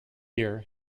year